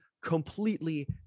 completely